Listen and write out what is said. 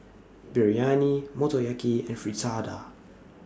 Biryani Motoyaki and Fritada